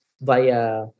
via